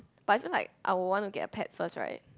doesn't like I want their pets first right